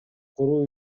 куруу